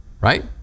Right